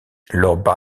lord